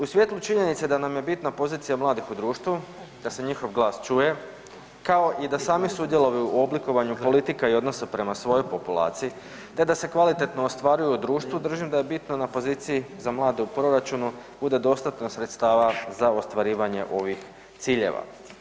U svjetlu činjenice da nam je bitna pozicija mladih u društvu, da se njihov glas čuje kao i da sami sudjeluju u oblikovanju politika i odnosa prema svojoj populaciji te da se kvalitetno ostvaruju u društvu držim da je bitno na poziciji za mlade u proračunu bude dostatno sredstava za ostvarivanje ovih ciljeva.